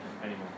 anymore